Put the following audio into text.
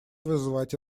вызывать